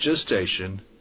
gestation